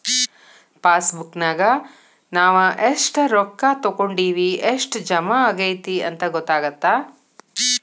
ಪಾಸಬುಕ್ನ್ಯಾಗ ನಾವ ಎಷ್ಟ ರೊಕ್ಕಾ ತೊಕ್ಕೊಂಡಿವಿ ಎಷ್ಟ್ ಜಮಾ ಆಗೈತಿ ಅಂತ ಗೊತ್ತಾಗತ್ತ